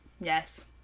Yes